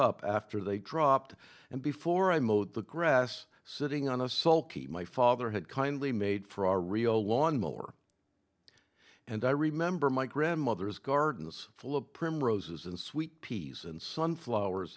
up after they dropped and before i mowed the grass sitting on a sulky my father had kindly made for our rio lawn mower and i remember my grandmother's gardens full of primroses and sweet peas and sunflowers